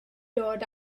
dod